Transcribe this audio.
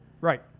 Right